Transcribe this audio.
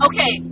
Okay